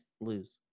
lose